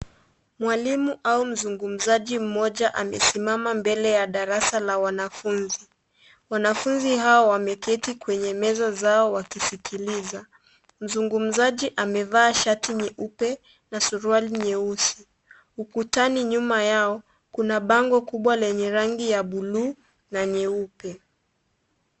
Mwalimu au mzungumzaji mmoja amesimama mbele ya darasa la wanafunzi, wanafunzi hawa wameketi kwenye meza zao wakisikiliza mzungumzaji amevaa shati nyeupe na suruali nyeusi ukutani nyuma yao kuna bango kubwa lenye rangi ya buluu na nyeupe.